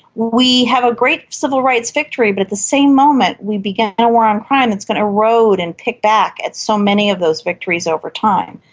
we have a great civil rights victory but at the same moment we began and a war on crime that's going to erode and pick back at so many of those victories over time.